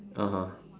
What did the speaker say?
(uh huh)